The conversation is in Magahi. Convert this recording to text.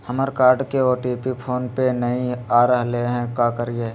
हमर कार्ड के ओ.टी.पी फोन पे नई आ रहलई हई, का करयई?